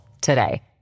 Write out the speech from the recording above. today